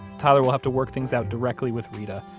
tyler will have to work things out directly with reta,